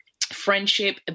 friendship